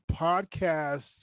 podcasts